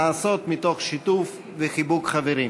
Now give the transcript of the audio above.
הנעשות מתוך שיתוף וחיבוק חברים.